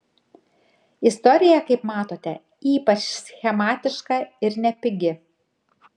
istorija kaip matote ypač schematiška ir nepigi